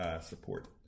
support